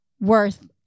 worth